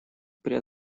при